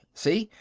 see,